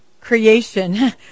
creation